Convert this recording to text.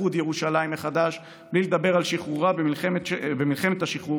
איחוד ירושלים מחדש בלי לדבר על שחרורה במלחמת השחרור,